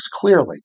clearly